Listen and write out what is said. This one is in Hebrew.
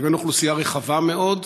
לבין אוכלוסייה רחבה מאוד,